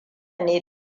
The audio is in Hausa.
ne